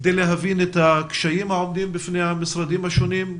כדי להבין את הקשיים העומדים בפני המשרדים השונים,